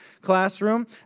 classroom